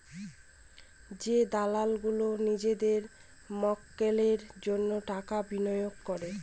যে দালাল গুলো নিজেদের মক্কেলের জন্য টাকা বিনিয়োগ করে